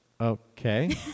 Okay